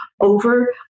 over